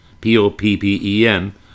P-O-P-P-E-N